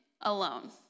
alone